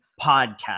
Podcast